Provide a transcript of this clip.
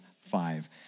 five